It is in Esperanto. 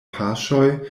paŝoj